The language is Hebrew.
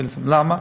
למה?